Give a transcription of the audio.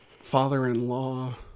Father-in-law